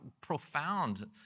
profound